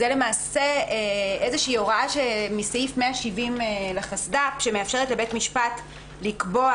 זו הוראה מסעיף 170 לחסד"פ שמאפשרת לבית משפט לקבוע